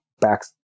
backs